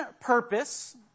purpose